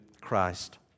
Christ